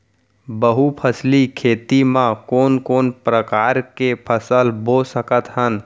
बहुफसली खेती मा कोन कोन प्रकार के फसल बो सकत हन?